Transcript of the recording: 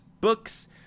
books